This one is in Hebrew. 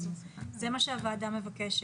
זה מה שהוועדה מבקשת.